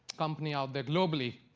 company out there globally.